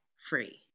free